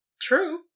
True